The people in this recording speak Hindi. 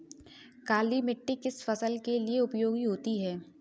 काली मिट्टी किस फसल के लिए उपयोगी होती है?